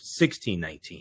1619